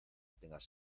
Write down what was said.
tengas